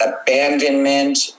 abandonment